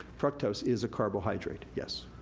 fructose is a carbohydrate. yes,